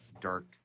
dark